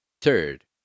Third